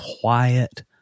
quiet